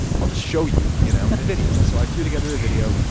i'll just show you, you know, in a video. so i threw together a video,